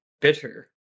Bitter